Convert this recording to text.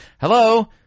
Hello